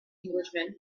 englishman